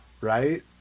right